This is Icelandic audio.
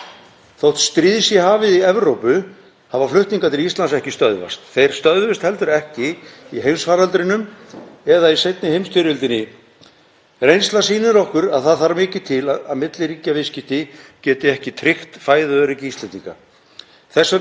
Reynslan sýnir okkur að það þarf mikið til að milliríkjaviðskipti geti ekki tryggt fæðuöryggi Íslendinga. Þess vegna eigum við að afnema viðskiptahindranir og stuðla að náinni samvinnu þjóða á alþjóðavísu samhliða því að við styðjum við innlenda framleiðslu.